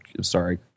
sorry